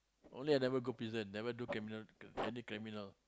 only I never go prison never do criminal any criminal